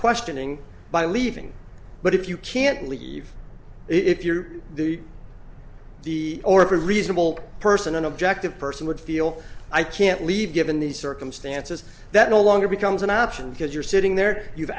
questioning by leaving but if you can't leave if you're the or pretty reasonable person an objective person would feel i can't leave given these circumstances that no longer becomes an option because you're sitting there you've